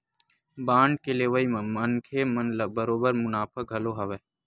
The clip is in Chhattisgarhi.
बांड के लेवई म मनखे मन ल बरोबर मुनाफा घलो हवय